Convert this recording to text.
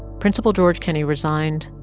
principal george kenney resigned,